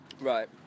Right